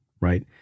right